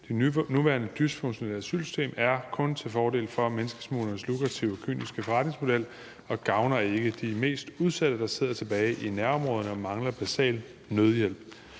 Det nuværende dysfunktionelle asylsystem er kun til fordel for menneskesmuglernes lukrative kyniske forretningsmodel og gavner ikke de mest udsatte, der sidder tilbage i nærområderne og mangler basal nødhjælp.